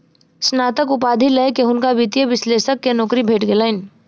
स्नातक उपाधि लय के हुनका वित्तीय विश्लेषक के नौकरी भेट गेलैन